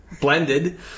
Blended